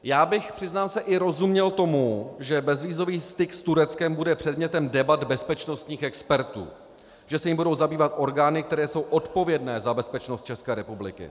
Já bych, přiznám se, i rozuměl tomu, že bezvízový styk s Tureckem bude předmětem debat bezpečnostních expertů, že se jím budou zabývat orgány, které jsou odpovědné za bezpečnost České republiky.